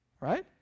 right